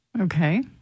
Okay